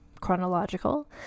chronological